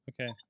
Okay